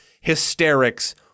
hysterics